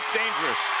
dangerous.